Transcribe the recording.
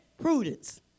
prudence